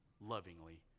lovingly